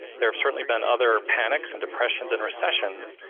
there have certainly been other panics and depressions and recessions,